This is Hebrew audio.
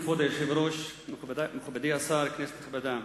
כבוד היושב-ראש, מכובדי השר, כנסת נכבדה,